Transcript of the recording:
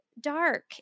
dark